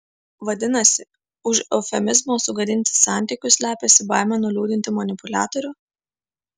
vadinasi už eufemizmo sugadinti santykius slepiasi baimė nuliūdinti manipuliatorių